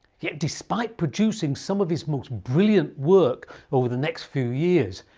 yet, despite producing some of his most brilliant work over the next few years,